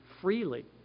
freely